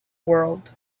world